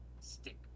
Stick